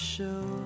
Show